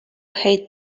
hate